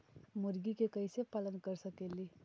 मुर्गि के कैसे पालन कर सकेली?